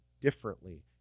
differently